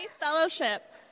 Fellowship